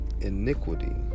iniquity